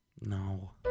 No